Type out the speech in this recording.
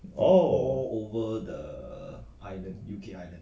oh